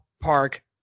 Park